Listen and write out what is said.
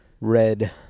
red